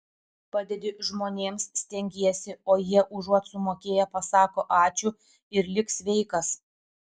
padedi žmonėms stengiesi o jie užuot sumokėję pasako ačiū ir lik sveikas